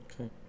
okay